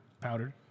Powdered